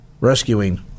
rescuing